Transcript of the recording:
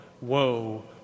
woe